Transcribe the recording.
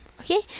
Okay